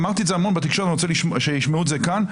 אמרתי את זה המון בתקשורת אני רוצה שישמעו את זה כאן,